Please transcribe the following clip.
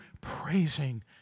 praising